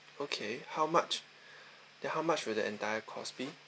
okay how much then how much will the entire cost be